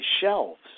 shelves